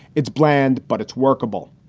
it's bland, but it's workable.